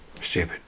stupid